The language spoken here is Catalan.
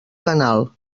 canal